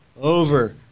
over